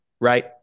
right